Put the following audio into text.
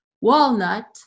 walnut